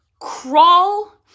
crawl